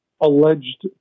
alleged